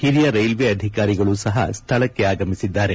ಹಿರಿಯ ರೈಲ್ವೇ ಅಧಿಕಾರಿಗಳು ಸಹ ಸ್ಥಳಕ್ಕೆ ಆಗಮಿಸಿದ್ದಾರೆ